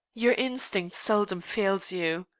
your instinct seldom fails you.